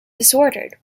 disordered